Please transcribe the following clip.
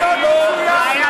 נתניהו לא התפטר ב-2006.